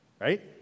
right